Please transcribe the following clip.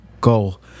goal